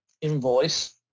invoice